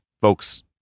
folks